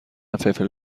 فلفل